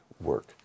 work